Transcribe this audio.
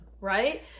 right